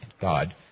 God